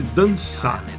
dançar